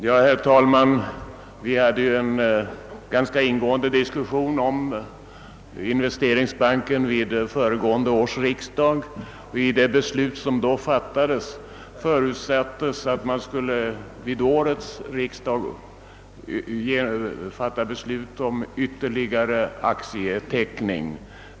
Herr talman! Vi hade vid föregående års riksdag en ganska ingående diskussion om Investeringsbanken. I det beslut som då fattades förutsattes att man under årets riksdag skulle bestämma om ytterligare aktieteckning.